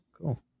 Cool